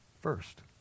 first